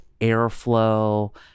airflow